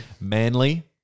Manly